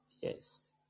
Yes